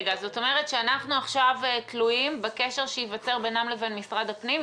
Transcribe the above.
זאת אומרת שאנחנו עכשיו תלויים בקשר שייוצר בינם לבין משרד הפנים?